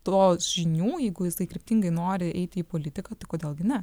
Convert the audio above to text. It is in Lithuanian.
tos žinių jeigu jisai kryptingai nori eiti į politiką tai kodėl gi ne